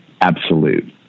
absolute